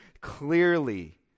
clearly